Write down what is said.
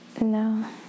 No